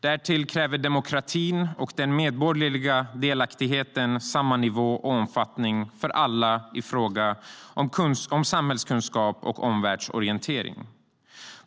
Därtill kräver demokratin och den medborgerliga delaktigheten samma nivå och omfattning för alla i fråga om samhällskunskap och omvärldsorientering.